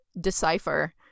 decipher